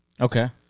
Okay